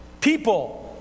People